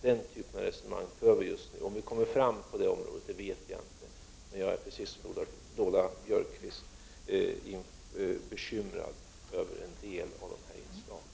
Den typen av resonemang för vi just nu. Om vi kommer fram på det området vet jag inte. Men jag är precis som Lola Björkquist bekymrad över en del av de här inslagen.